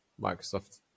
Microsoft